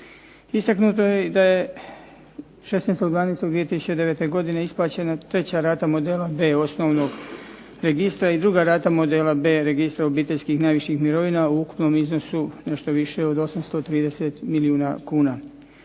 Istaknuto je da je 16.12.2009. godine isplaćena treća rata modela B osnovnog registra i druga rata modela B registra obiteljskih i najviših mirovina u ukupnom iznosu nešto više od 830 milijuna kuna.